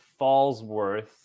fallsworth